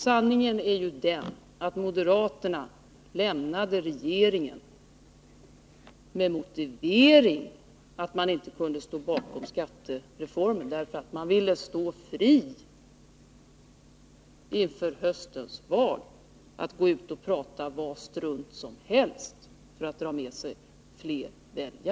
Sanningen är ju den, att moderaterna lämnade regeringen med motiveringen att de inte kunde stå bakom skattereformen, därför att de ville stå fria inför höstens val att gå ut och prata vad strunt som helst för att dra med sig fler väljare.